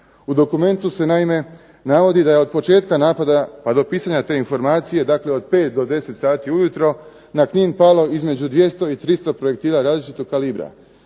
U dokumentu se naime navodi da je od početka napada pa do pisanja te informacije, dakle od 5 do 10 sati ujutro na Knin palo između 200 i 300 projektila različitog kalibra,